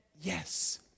yes